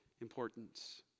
importance